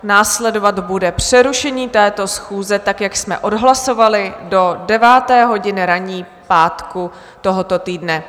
Následovat bude přerušení této schůze tak, jak jsme odhlasovali, do 9. hodiny ranní pátku tohoto týdne.